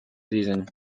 season